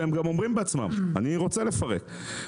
והם אומרים בעצמם: אני רוצה לפרוק.